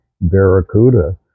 barracuda